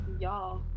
Y'all